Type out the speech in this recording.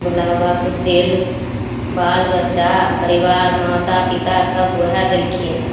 भोला बाबाके देल बाल बच्चा परिवार माता पिता सभ वएह देलखिन हन